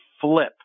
flip